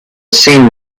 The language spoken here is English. seen